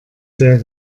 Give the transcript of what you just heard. sehr